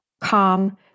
calm